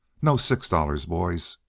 no, six dollars, boys!